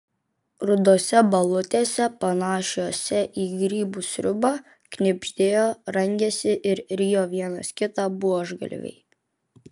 rudose balutėse panašiose į grybų sriubą knibždėjo rangėsi ir rijo vienas kitą buožgalviai